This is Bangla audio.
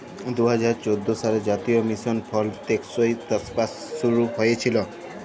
দু হাজার চোদ্দ সালে জাতীয় মিশল ফর টেকসই চাষবাস শুরু হঁইয়েছিল